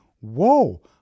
whoa